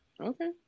Okay